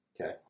Okay